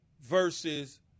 versus